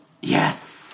Yes